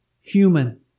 human